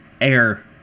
air